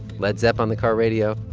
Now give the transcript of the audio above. led zep on the car radio.